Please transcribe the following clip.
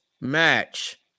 match